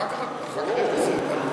אחר כך יש לזה עלות.